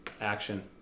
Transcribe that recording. Action